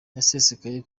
yasesekaye